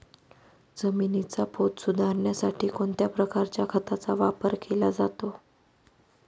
जमिनीचा पोत सुधारण्यासाठी कोणत्या प्रकारच्या खताचा वापर केला जातो?